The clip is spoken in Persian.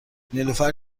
نیلوفر